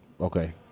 Okay